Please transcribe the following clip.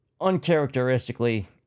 uncharacteristically